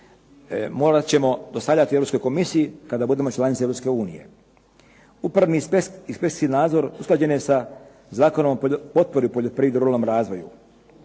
morat ćemo dostavljati Europskoj komisiji kada budemo članice Europske unije. Upravni inspekcijski nadzor uređen je sa Zakonom o potpori poljoprivredi i ruralnom razvoju.